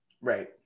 Right